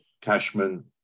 Cashman